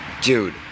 Dude